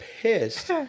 pissed